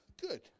Good